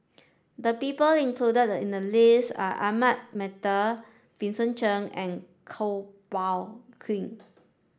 the people included in the list are Ahmad Mattar Vincent Cheng and Kuo Pao Kun